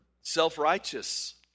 self-righteous